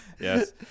Yes